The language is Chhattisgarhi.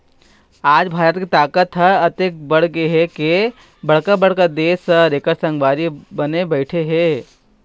आज भारत के ताकत ह अतेक बाढ़गे हे के बड़का बड़का देश ह एखर संगवारी बने बइठे हे